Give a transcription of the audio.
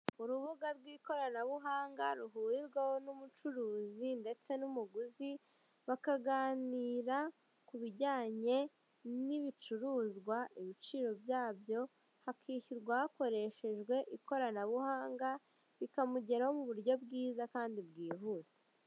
Urubuga rw'ikoranabuhanga ruhurirwaho n'umucuruzi ndetse n'umuguzi bakaganira ku bijyanye n'ibicuruzwa ku biciro byabyo, hakishyurwa hakoreshejwe ikoranabuhanga bikamugeraho mu buryo bwiza kandi bwihuse.